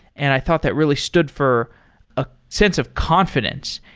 and i thought that really stood for a sense of confidence,